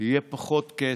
יהיה פחות כסף.